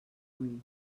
ull